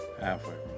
Halfway